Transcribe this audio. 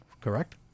correct